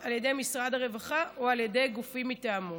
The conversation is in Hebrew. על ידי משרד הרווחה או על ידי גופים מטעמו.